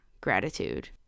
gratitude